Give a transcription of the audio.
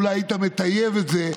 אולי היית מטייב את זה,